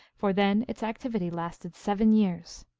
for then its activity lasted seven years.